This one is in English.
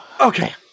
Okay